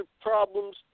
problems